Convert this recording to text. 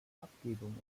farbgebung